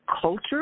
culture